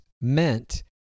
meant